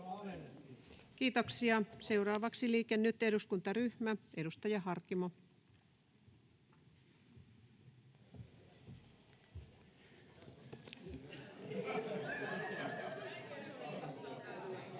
Kiitoksia. — Seuraavaksi Liike Nyt -eduskuntaryhmä, edustaja Harkimo. [Speech